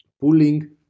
pulling